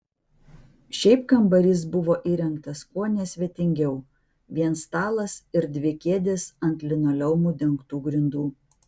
šiaip kambarys buvo įrengtas kuo nesvetingiau vien stalas ir dvi kėdės ant linoleumu dengtų grindų